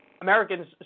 Americans